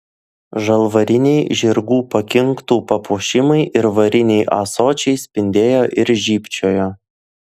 žalvariniai žirgų pakinktų papuošimai ir variniai ąsočiai spindėjo ir žybčiojo